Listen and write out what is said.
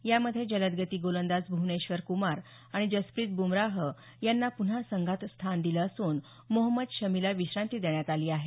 यामध्ये जलदगती गोलंदाज भूवनेश्वर कुमार आणि जसप्रीत बुमराह यांना पुन्हा संघात स्थान दिलं असून मोहम्मद शमीला विश्रांती देण्यात आली आहे